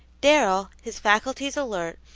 darrell, his faculties alert,